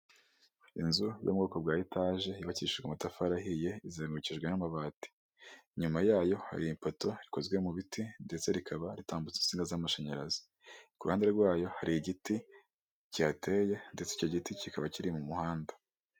Inzu yo mu bwoko bwa etaje yubakishijwe amatafari ahiye, izengurukijwe n'amabati. Inyuma yayo hari ipoto rikoze mu biti ndetse rikaba ritambutsa insinga z'amashanyarazi. Ku ruhande rwayo hari igiti kihateye ndetse icyo giti kikaba kiri mu muhanda.